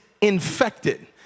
infected